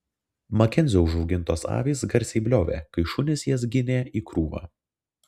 makenzio užaugintos avys garsiai bliovė kai šunys jas ginė į krūvą